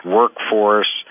workforce